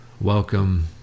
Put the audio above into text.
Welcome